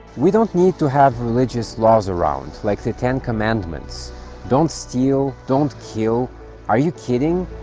we don't need to have religious laws around like the ten commandments don't steal don't kill are you kidding?